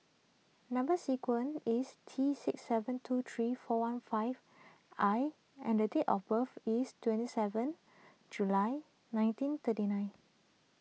Number Sequence is T six seven two three four one five I and date of birth is twenty seven July nineteen thirty nine